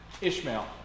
Ishmael